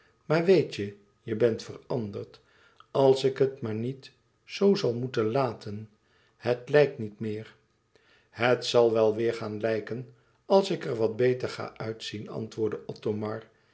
maar weet je je bent veranderd als ik het maar niet zoo zal moeten laten het lijkt niet meer het zal wel weêr gaan lijken als ik er wat beter ga uitzien antwoordde